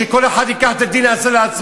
שכל אחד ייקח ויעשה דין לעצמו.